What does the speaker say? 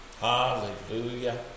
Hallelujah